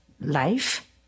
life